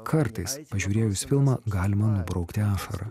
kartais pažiūrėjus filmą galima nubraukti ašarą